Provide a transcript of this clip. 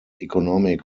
economic